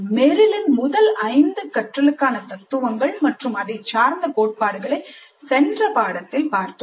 மெரிலின் முதல் ஐந்து கற்றலுக்கான தத்துவங்கள் மற்றும் அதைச்சார்ந்த கோட்பாடுகளை சென்ற பாடத்தில் பார்த்தோம்